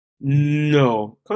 No